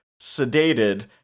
sedated